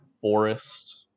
Forest